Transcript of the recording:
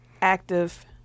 Active